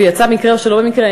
יצא במקרה, או שלא במקרה.